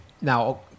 Now